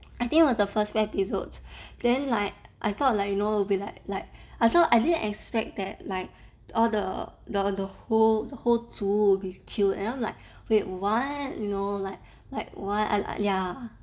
I think it was the first few episodes then like I thought like you know it will be like like I thought I didn't expect that like all the the whole 组 will be killed and I'm like wait what you know like like wha~ ya